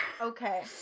Okay